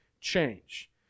change